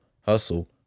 hustle